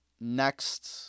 next